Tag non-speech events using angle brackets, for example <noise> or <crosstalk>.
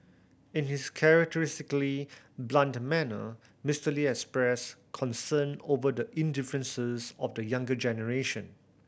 in his characteristically blunt manner Mister Lee expressed concern over the indifference <unintelligible> of the younger generation